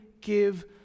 give